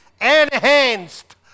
enhanced